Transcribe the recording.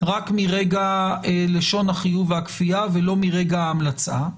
רק מרגע לשון החיוב והכפייה ולא מרגע ההמלצה.